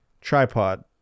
tripod